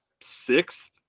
sixth